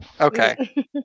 Okay